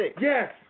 Yes